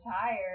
tired